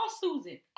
Susan